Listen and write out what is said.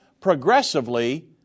progressively